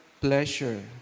pleasure